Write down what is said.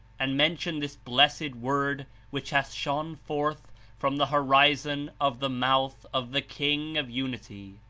and mention this blessed word which hath shone forth from the horizon of the mouth of the king of unity.